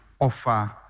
offer